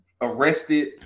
arrested